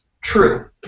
true